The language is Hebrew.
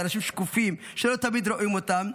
של אנשים שקופים שלא תמיד רואים אותם.